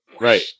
Right